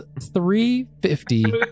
3.50